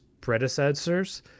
predecessors